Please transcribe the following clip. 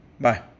Bye